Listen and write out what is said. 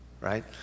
Right